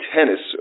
Tennis